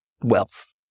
wealth